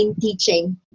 teaching